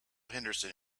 henderson